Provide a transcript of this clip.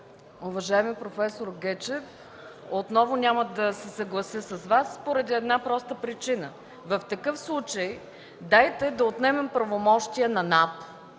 Уважаеми проф. Гечев, отново няма да се съглася с Вас поради една проста причина: в такъв случай дайте да отнемем правомощия на НАП,